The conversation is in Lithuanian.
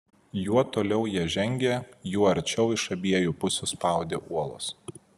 juo toliau jie žengė juo arčiau iš abiejų pusių spaudė uolos